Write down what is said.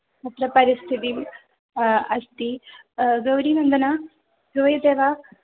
मुख्यां परिस्थितिम् अस्ति गौरिनन्दना श्रूयते वा